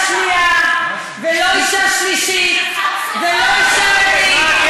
שנייה ולא אישה שלישית ולא אישה רביעית.